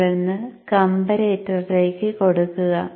തുടർന്ന് കംപാരറ്ററിലേക്കു കൊടുക്കുക